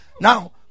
Now